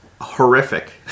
horrific